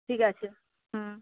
ঠিক আছে হুম